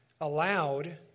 allowed